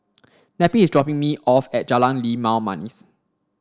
Neppie is dropping me off at Jalan Limau Manis